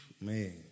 Man